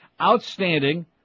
Outstanding